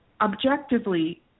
objectively